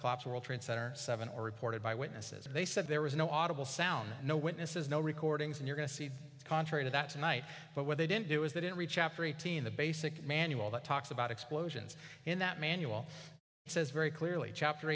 collapse world trade center seven or reported by witnesses and they said there was no audible sound no witnesses no recordings and you're going to see contrary to that tonight but what they didn't do is they didn't reach after eighteen the basic manual that talks about explosions in that manual says very clearly chapter